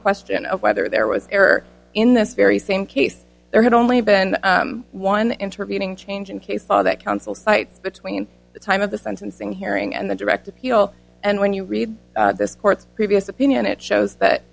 question of whether there was error in this very same case there had only been one intervening change in case law that counsel cites between the time of the sentencing hearing and the direct appeal and when you read this court's previous opinion it shows